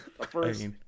first